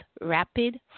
rapid